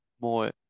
more